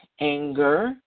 anger